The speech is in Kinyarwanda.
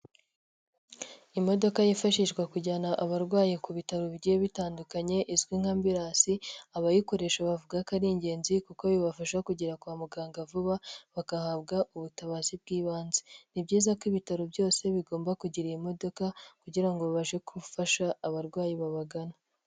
Imodoka yifashishwa kujyana abarwayi ku bitaro bigiye bitandukanye izwi nka ambirasi, abayikoresha bavuga ko ari ingenzi kuko bibafasha kugera kwa muganga vuba, bagahabwa ubutabazi bw'ibanze. Ni byiza ko ibitaro byose bigomba kugira iyi modoka kugira ngo bibashe gufasha abarwayi babagana.